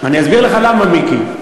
אני אסביר לך למה, מיקי.